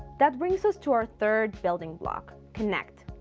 that brings us to our third building block. connect.